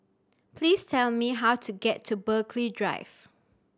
please tell me how to get to Burghley Drive